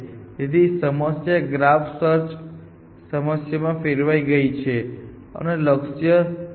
તેથી સમસ્યા graph search સમસ્યામાં ફેરવાઈ ગઈ છે અને લક્ષ્ય જગ્યા બચાવવાનું છે